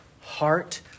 heart